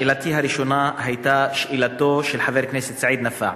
שאלתי הראשונה היתה שאלתו של חבר הכנסת סעיד נפאע,